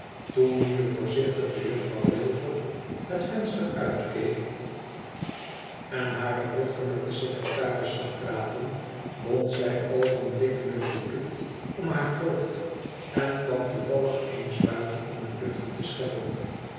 toen nu de voorzichtige jufirouw wilfer het venster uitkeek en hare dochter met den secretaris zag praten bond zij oogenblikkelijk den doek om haar hoofd en kwam toevallig eens buiten om een luchtje te scheppen